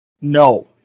no